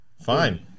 Fine